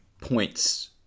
points